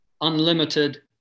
unlimited